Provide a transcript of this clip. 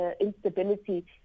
instability